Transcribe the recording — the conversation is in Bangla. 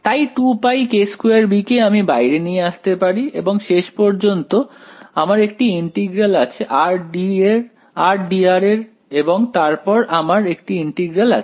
তাই 2πk2b কে আমি বাইরে নিয়ে আসতে পারি এবং শেষ পর্যন্ত আমার একটি ইন্টিগ্রাল আছে rdr এর এবং তারপর আমার একটি ইন্টিগ্রাল আছে